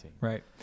Right